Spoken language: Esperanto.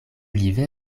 vere